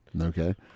Okay